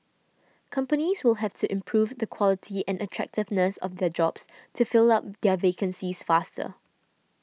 companies will have to improve the quality and attractiveness of their jobs to fill up their vacancies faster